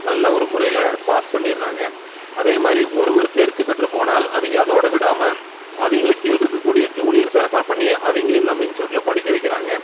நல்ல ஒரு முறையில் பாஸ் பண்ணிடுறாங்க அதேமாதிரி ஒருவர் தேர்ச்சி பெற்று போனால் அவங்க அதோட விடாமல் அவங்களுக் கீழ்ருக்கக்கூடிய ஜுனியர்ஸை ரெஃபர் பண்ணி அவங்களையும் நம்ம இன்ஸ்ட்யூட்டில் படிக்க வைக்கிறாங்க